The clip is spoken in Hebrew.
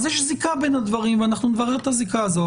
אז יש זיקה בין הדברים ואנחנו נברר את הזיקה הזאת.